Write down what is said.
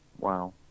Wow